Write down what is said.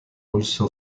also